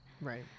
Right